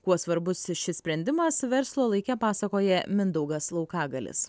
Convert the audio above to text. kuo svarbus šis sprendimas verslo laike pasakoja mindaugas laukagalis